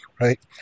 right